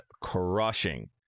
crushing